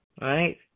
Right